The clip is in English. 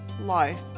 life